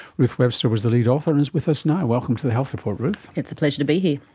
ruth webster was the lead author and is with us now. welcome to the health report, ruth. it's a pleasure to be here.